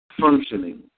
functioning